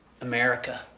America